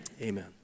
amen